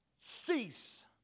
Cease